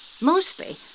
Mostly